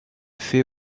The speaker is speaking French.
fay